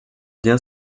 bien